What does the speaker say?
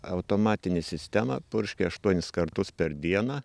automatinė sistema purškia aštuonis kartus per dieną